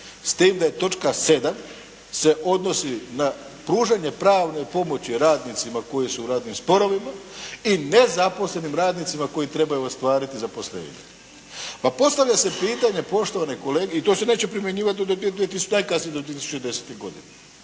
s tim da je točka 7. se odnosi na pružanje pravne pomoći radnicima koji su u radnim sporovima i nezaposlenim radnicima koji trebaju ostvariti zaposlenje. Pa postavlja se pitanje poštovane kolege i to se neće primjenjivati do najkasnije do 2010. godine.